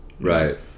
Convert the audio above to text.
Right